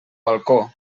balcó